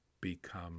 become